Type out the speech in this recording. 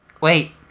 Wait